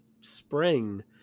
spring